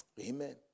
Amen